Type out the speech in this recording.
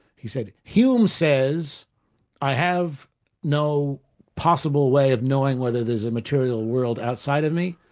he said, hume says i have no possible way of knowing whether there's a material world outside of me,